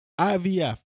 IVF